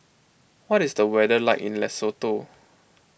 what is the weather like in Lesotho